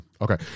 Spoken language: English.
Okay